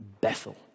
Bethel